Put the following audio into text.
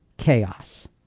chaos